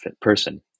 person